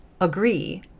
agree